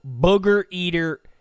booger-eater